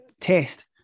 test